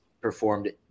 performed